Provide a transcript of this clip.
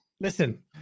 Listen